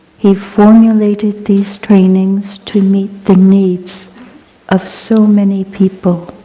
he formulated these trainings to meet the needs of so many people,